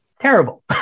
terrible